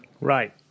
Right